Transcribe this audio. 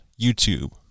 YouTube